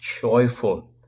joyful